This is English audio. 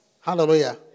Hallelujah